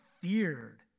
feared